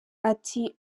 ati